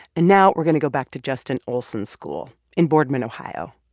and now we're going to go back to justin olsen's school in boardman, ohio.